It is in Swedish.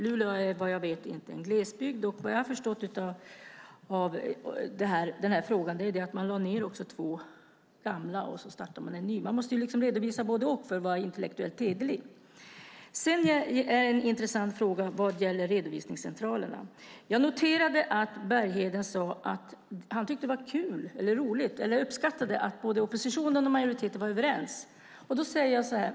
Luleå är, vad jag vet, inte en glesbygd, och vad jag har förstått lade man ned två gamla och startade en ny. Man måste liksom redovisa både-och för att vara intellektuellt hederlig. Sedan har jag en intressant fråga vad gäller redovisningscentralerna. Jag noterade att Bergheden sade att han uppskattade att majoriteten och oppositionen var överens.